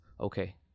Okay